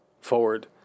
forward